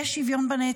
יהיה שוויון בנטל.